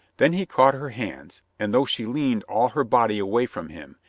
then he caught her hands, and, though she leaned all her body away from him,